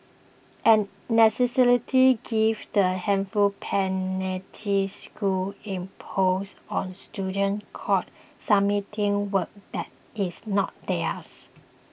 a given the hefty penalties schools impose on students caught submitting work that is not theirs